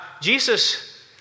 Jesus